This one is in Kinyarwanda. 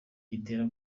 gitera